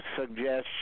suggestion